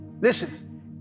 Listen